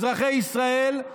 אזרחי ישראל,